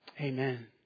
Amen